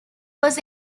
was